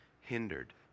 hindered